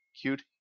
cute